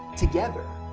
together,